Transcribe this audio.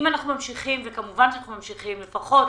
אם ממשיכים וכמובן שממשיכים לפחות